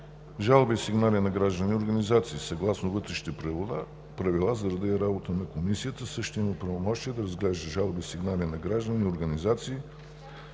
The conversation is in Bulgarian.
Жалби и сигнали от граждани и организации. Съгласно Вътрешните правила за реда и работата на Комисията, същата има правомощия да разглежда жалби и сигнали на граждани и организации